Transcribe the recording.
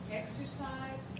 exercise